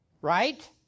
Right